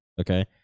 okay